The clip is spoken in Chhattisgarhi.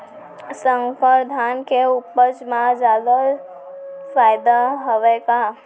संकर धान के उपज मा जादा फायदा हवय का?